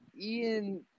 Ian